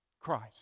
Christ